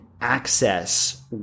Access